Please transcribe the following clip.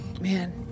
Man